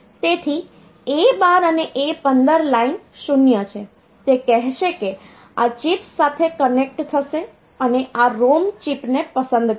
તેથી A12 અને A15 line 0 છે તે કહેશે કે આ ચિપ સાથે કનેક્ટ થશે અને આ ROM ચિપને પસંદ કરો